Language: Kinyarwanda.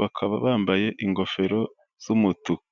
bakaba bambaye ingofero z'umutuku.